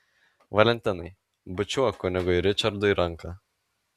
valentinai bučiuok kunigui ričardui ranką